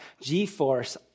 G-force